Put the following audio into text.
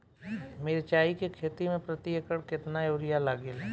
मिरचाई के खेती मे प्रति एकड़ केतना यूरिया लागे ला?